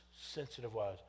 sensitive-wise